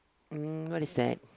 mm what is that